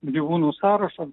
gyvūnų sąrašo